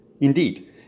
Indeed